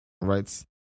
right